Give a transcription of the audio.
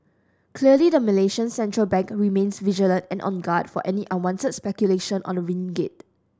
clearly the Malaysian central bank remains vigilant and on guard for any unwanted speculation on the ringgit